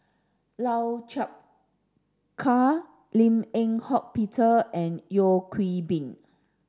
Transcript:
Lau Chiap Khai Lim Eng Hock Peter and Yeo Hwee Bin